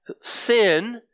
sin